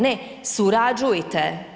Ne, surađujte.